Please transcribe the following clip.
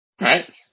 Right